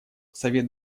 совет